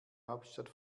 hauptstadt